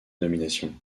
nomination